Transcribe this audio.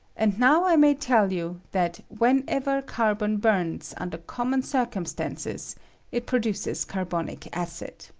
and now i may tell you, that whenever carbon burns under common circumstances it produces car tonic acid.